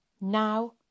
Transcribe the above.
Now